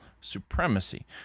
supremacy